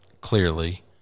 clearly